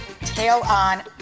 tail-on